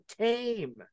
tame